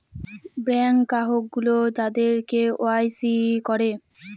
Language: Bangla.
ব্যাঙ্কে গ্রাহক গুলো তাদের কে ওয়াই সি করে